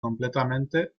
completamente